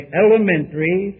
elementary